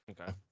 Okay